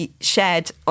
shared